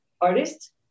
artist